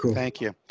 thank you.